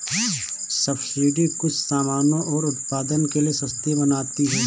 subsidy कुछ सामानों को उत्पादन के लिए सस्ती बनाती है